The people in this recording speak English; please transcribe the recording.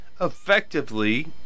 effectively